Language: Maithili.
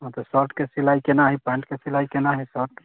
हँ तऽ शर्टके सिलाइ कोना हइ पैन्टके सिलाइ कोना हइ